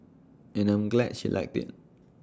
and I'm glad she liked IT